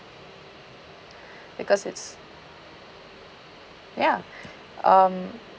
because it's ya um